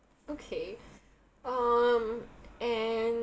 okay um and